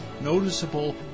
noticeable